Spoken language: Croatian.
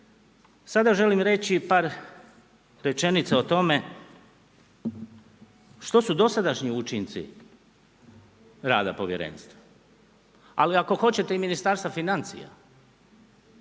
Sada želim reći par rečenica o tome, što su dosadašnji učinci rada povjerenstva, ali ako hoćete i Ministarstva financija.